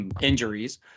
injuries